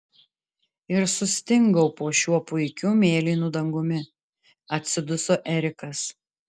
ir sustingau po šiuo puikiu mėlynu dangumi atsiduso erikas